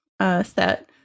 set